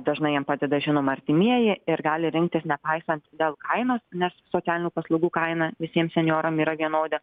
dažnai jam padeda žinoma artimieji ir gali rinktis nepaisant vėl kainos nes socialinių paslaugų kaina visiem senjoram yra vienoda